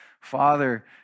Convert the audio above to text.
Father